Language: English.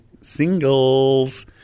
singles